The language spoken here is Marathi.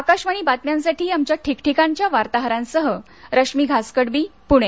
आकाशवाणी बातम्यांसाठी आमच्या ठिकठिकाणच्या वार्ताहरांसासह रश्मी घासकडबी पुणे